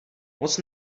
moc